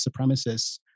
supremacists